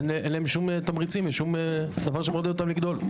אין להם שום תמריצים לשום דבר שמעודד אותם לגדול.